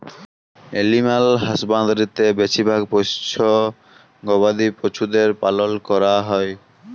animal হাসবাঁদরিতে বেছিভাগ পোশ্য গবাদি পছুদের পালল ক্যরা হ্যয়